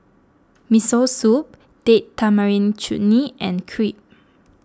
Miso Soup Date Tamarind Chutney and Crepe